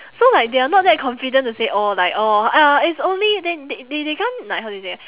so like they are not that confident to say orh like orh uh it's only the~ they they can't like how do you say